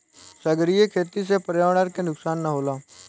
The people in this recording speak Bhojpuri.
सागरीय खेती से पर्यावरण के नुकसान ना होला